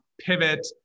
pivot